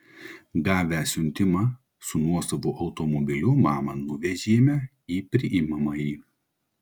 gavę siuntimą su nuosavu automobiliu mamą nuvežėme į priimamąjį